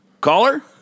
Caller